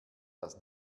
das